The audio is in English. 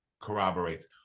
corroborates